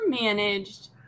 managed